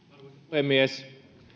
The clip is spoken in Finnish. puhemies